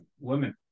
women